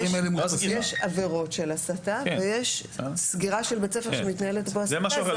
יש עבירות של הסתה ויש סגירה של בית ספר שמתנהלת בו הסתה.